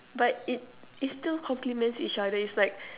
but it it still compliments each other it's like